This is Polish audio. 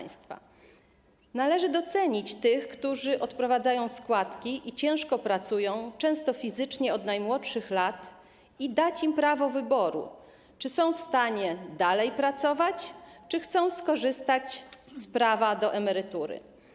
Należy docenić tych, którzy odprowadzają składki i ciężko pracują, często fizycznie, od najmłodszych lat, i dać im prawo wyboru, czy chcą dalej pracować, czy chcą skorzystać z prawa do emerytury.